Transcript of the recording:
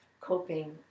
coping